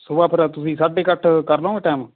ਸੁਬਾਹ ਫੇਰ ਤੁਸੀਂ ਸਾਢੇ ਕੁ ਅੱਠ ਕਰ ਦੇਵੋਂਗੇ ਟੈਮ